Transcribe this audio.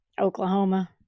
Oklahoma